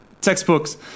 Textbooks